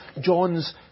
John's